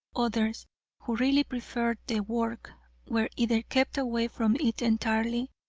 others who really preferred the work were either kept away from it entirely,